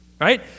right